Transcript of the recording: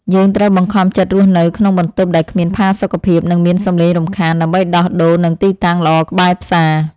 យើងត្រូវបង្ខំចិត្តរស់នៅក្នុងបន្ទប់ដែលគ្មានផាសុកភាពនិងមានសំឡេងរំខាន ដើម្បីដោះដូរនឹងទីតាំងល្អក្បែរផ្សារ។